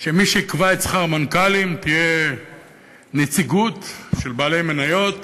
שכר המנכ"לים תקבע נציגות של בעלי מניות